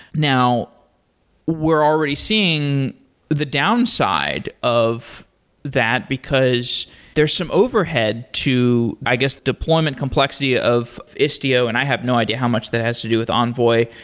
now we're already seeing the downside of that, because there's some overhead to, i guess the deployment complexity ah of of istio and i have no idea how much that has to do with envoy.